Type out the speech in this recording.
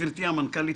גברתי המנכ"לית,